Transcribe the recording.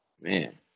Man